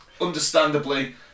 understandably